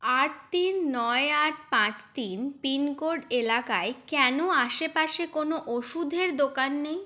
আট তিন নয় আট পাঁচ তিন পিনকোড এলাকায় কেন আশেপাশে কোনও ওষুধের দোকান নেই